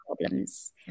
problems